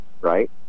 right